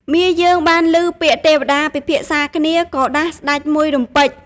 មាយើងបានឮពាក្យទេវតាពិភាក្សាគ្នាក៏ដាស់ស្តេចមួយរំពេច។